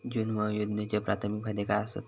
जीवन विमा योजनेचे प्राथमिक फायदे काय आसत?